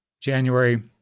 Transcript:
January